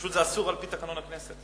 פשוט, זה אסור על-פי תקנון הכנסת.